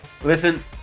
Listen